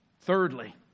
Thirdly